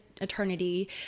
eternity